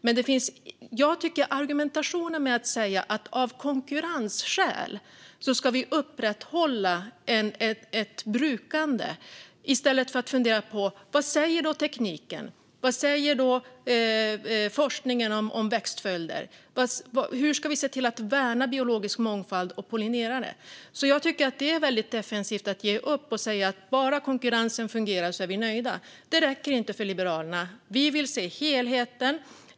Men det förs en argumentation om att vi av konkurrensskäl ska upprätthålla ett brukande i stället för att fundera på tekniken, forskningen om växtföljder och hur vi ska se till att värna biologisk mångfald och pollinerare. Jag tycker att det är väldigt defensivt att ge upp och säga att vi är nöjda bara konkurrensen fungerar. Det räcker inte för Liberalerna. Vi vill se helheten.